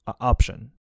option